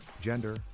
gender